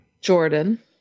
Jordan